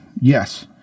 Yes